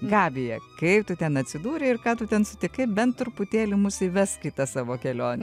gabiją kaip tu ten atsidūrei ir ką tu ten sutikai bent truputėlį mus įveskite savo kelionę